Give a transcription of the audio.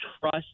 trust